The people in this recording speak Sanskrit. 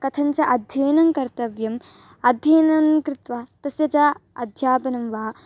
कथञ्च अध्ययनङ्कर्तव्यम् अध्ययनङ्कृत्वा तस्य च अध्यापनं वा